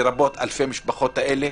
לרבות אלפי המשפחות האלה,